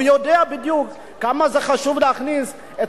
הוא יודע בדיוק כמה זה חשוב להכניס את